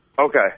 okay